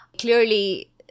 Clearly